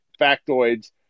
factoids